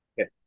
Okay